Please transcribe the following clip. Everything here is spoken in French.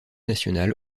nationale